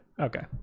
okay